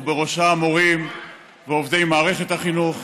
ובראשה המורים ועובדי מערכת החינוך.